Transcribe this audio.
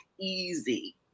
easy